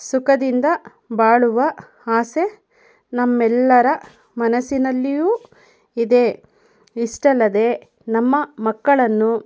ಸುಖದಿಂದ ಬಾಳುವ ಆಸೆ ನಮ್ಮೆಲ್ಲರ ಮನಸ್ಸಿನಲ್ಲಿಯೂ ಇದೆ ಇಷ್ಟಲ್ಲದೇ ನಮ್ಮ ಮಕ್ಕಳನ್ನು